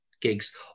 gigs